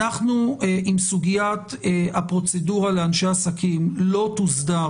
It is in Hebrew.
אם סוגיית הפרוצדורה לאנשי עסקים לא תוסדר